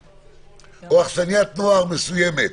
מסוימת,